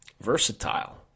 versatile